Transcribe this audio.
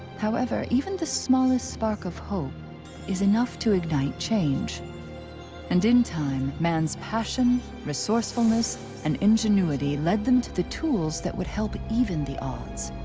however, even the smallest spark of hope is enough to ignite change and in time, man's passion, resourcefulness and ingenuity led them to the tools that would help even the odds.